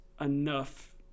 enough